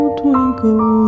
twinkle